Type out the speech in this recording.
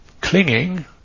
clinging